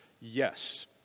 Yes